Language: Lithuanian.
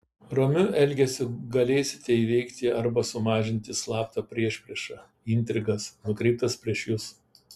ramiu elgesiu galėsite įveikti arba sumažinti slaptą priešpriešą intrigas nukreiptas prieš jus